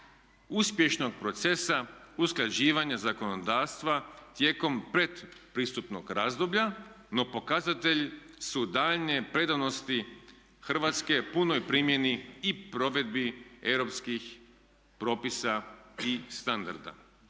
uspješnog procesa usklađivanja zakonodavstva tijekom predpristupnog razdoblja no pokazatelj su daljnje predanosti Hrvatske punoj primjeni i provedbi europskih propisa i standarda.